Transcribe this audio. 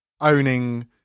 owning